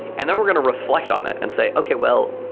and then we're going to reflect on it and say, okay. well,